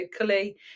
locally